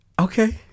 Okay